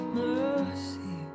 mercy